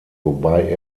wobei